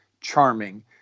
charming